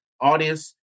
Audience